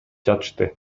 жатышты